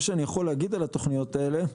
מה שאני יכול להגיד על התוכניות האלה,